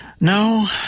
No